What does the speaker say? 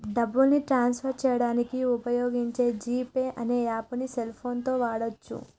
డబ్బుని transfer చేయడానికి వుపయోగించే జీ పే అనే యాప్పుని సెల్ ఫోన్ తో వాడచ్చు